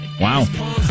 Wow